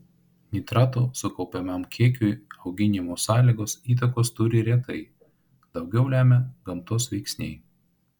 nitratų sukaupiamam kiekiui auginimo sąlygos įtakos turi retai daugiau lemia gamtos veiksniai